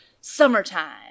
Summertime